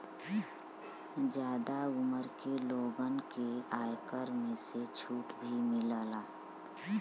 जादा उमर के लोगन के आयकर में से छुट भी मिलला